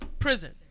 Prison